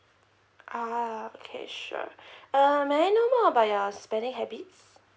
ah okay sure uh may I know more about your spending habits